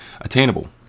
attainable